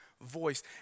voice